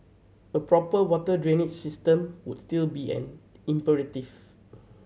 a proper water drainage system would still be an imperative